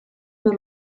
per